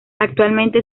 actualmente